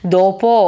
dopo